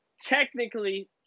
technically